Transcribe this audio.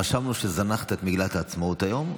רשמנו שזנחת את מגילת העצמאות היום,